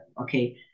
okay